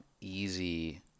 easy